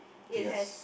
it has